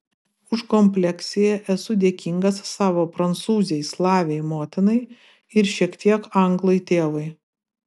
už kompleksiją esu dėkingas savo prancūzei slavei motinai ir šiek tiek anglui tėvui